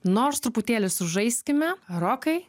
nors truputėlį sužaiskime rokai